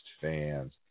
fans